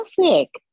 classic